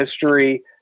history